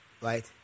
Right